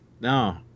No